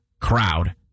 crowd